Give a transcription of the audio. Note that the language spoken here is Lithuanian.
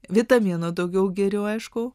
vitamino daugiau geriau aišku